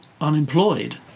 unemployed